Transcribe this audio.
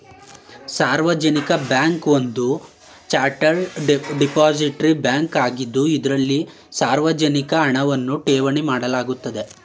ಸಾರ್ವಜನಿಕ ಬ್ಯಾಂಕ್ ಒಂದು chartered depository bank ಆಗಿದ್ದು ಇದ್ರಲ್ಲಿ ಸಾರ್ವಜನಿಕ ಹಣವನ್ನ ಠೇವಣಿ ಮಾಡಲಾಗುತ್ತೆ